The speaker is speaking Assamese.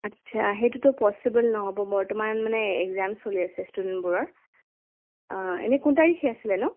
আচ্ছা সেইটোতো পচিবল নহ'ব বৰ্তমান মানে এক্জাম চলি আছে ষ্টুডেণ্টবোৰৰ এনেই কোন তাৰিখে আছিলেনো